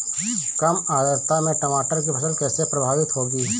कम आर्द्रता में टमाटर की फसल कैसे प्रभावित होगी?